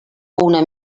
una